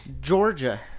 Georgia